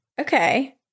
Okay